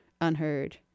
unheard